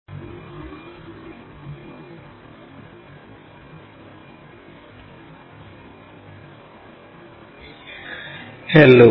projection of solids I hello